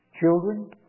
children